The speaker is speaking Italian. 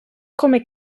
come